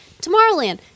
Tomorrowland